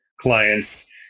clients